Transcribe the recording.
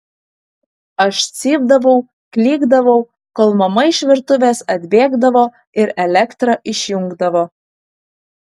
aš cypdavau klykdavau kol mama iš virtuvės atbėgdavo ir elektrą išjungdavo